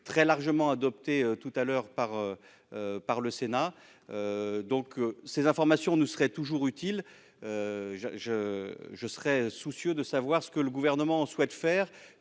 très largement adopté tout à l'heure par le Sénat. Quoi qu'il en soit, ces informations nous seraient utiles. Je suis soucieux de savoir ce que le Gouvernement souhaite faire,